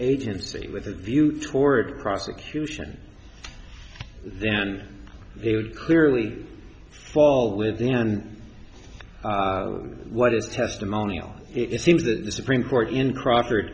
agency with a view toward prosecution then it would clearly fall within and what is testimonial it seems that the supreme court in crawford